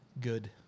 Good